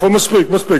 אז למה, מספיק, מספיק.